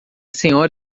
senhora